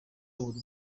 abura